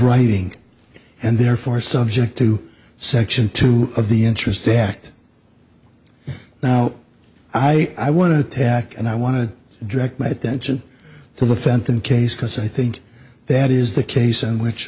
writing and therefore subject to section two of the interest act now i i want to tack and i want to direct my attention to the phantom case because i think that is the case in which